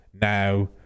now